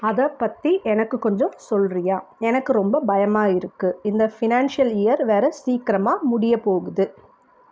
அதைப் பற்றி எனக்கு கொஞ்சம் சொல்கிறியா எனக்கு ரொம்ப பயமாக இருக்குது இந்த ஃபினான்ஷியல் இயர் வேறு சீக்கிரமாக முடிய போகுது